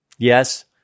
Yes